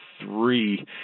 three